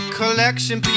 collection